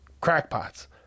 crackpots